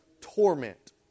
torment